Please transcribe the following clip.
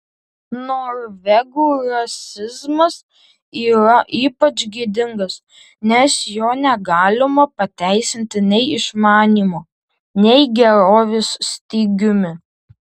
norvegų rasizmas yra ypač gėdingas nes jo negalima pateisinti nei išmanymo nei gerovės stygiumi